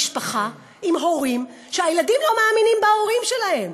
משפחה שהילדים בה לא מאמינים בהורים שלהם.